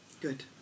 Good